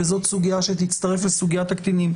וזאת סוגיה שתצטרף לסוגיית הקטינים.